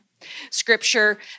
scripture